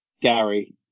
Gary